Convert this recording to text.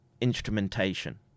instrumentation